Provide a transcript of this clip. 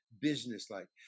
business-like